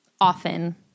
often